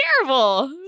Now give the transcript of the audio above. terrible